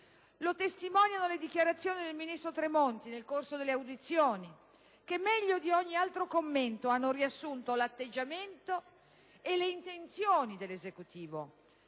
Lo testimoniano le dichiarazioni del ministro Tremonti nel corso delle audizioni che, meglio di ogni altro commento, hanno riassunto l'atteggiamento e le intenzioni dell'Esecutivo: